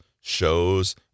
shows